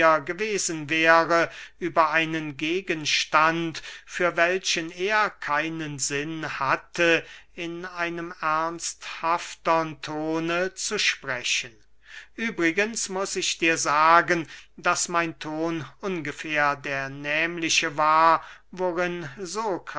gewesen wäre über einen gegenstand für welchen er keinen sinn hatte in einem ernsthaftern tone zu sprechen übrigens muß ich dir sagen daß mein ton ungefähr der nehmliche war worin